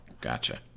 Gotcha